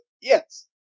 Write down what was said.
Yes